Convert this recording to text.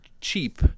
cheap